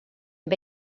amb